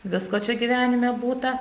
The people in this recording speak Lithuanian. visko čia gyvenime būta